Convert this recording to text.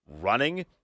running